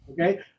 okay